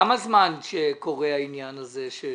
כמה זמן קורה העניין הזה?